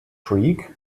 creek